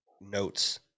notes